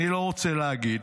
אני לא רוצה להגיד.